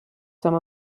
some